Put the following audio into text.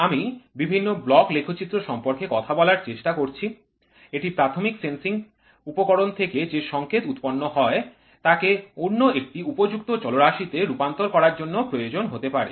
আমি বিভিন্ন ব্লক লেখচিত্র সম্পর্কে কথা বলার চেষ্টা করছি এটি প্রাথমিক সেন্সিং উপকরণ থেকে যে সংকেত উৎপন্ন হয় তাকে অন্য একটি উপযুক্ত চলরাশিতে রূপান্তর করার জন্য প্রয়োজন হতে পারে